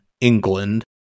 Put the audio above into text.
England